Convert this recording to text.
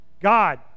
God